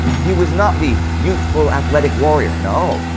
he was not the youthful, athletic warrior, no,